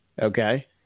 Okay